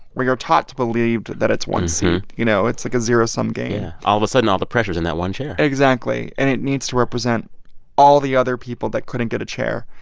we are taught to believe that it's one seat, you know? it's like a zero-sum game yeah. all of a sudden, all the pressure's in that one chair exactly. and it needs to represent all the other people that couldn't get a chair,